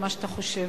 ממה שאתה חושב,